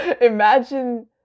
Imagine